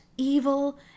evil